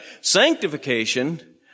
Sanctification